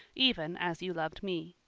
even as you loved me.